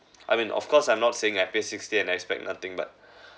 I mean of course I'm not saying I pay sixty and expect nothing but